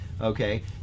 okay